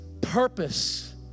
purpose